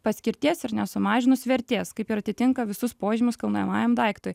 paskirties ir nesumažinus vertės kaip ir atitinka visus požymius kilnojamajam daiktui